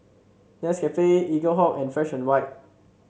Nescafe Eaglehawk and Fresh And White